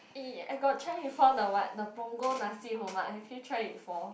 eh I got try before the what the Punggol Nasi-Lemak have you tried it before